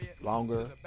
longer